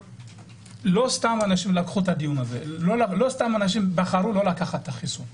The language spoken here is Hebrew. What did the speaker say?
לא סתם אנשים בחרו לא לקחת את חיסון,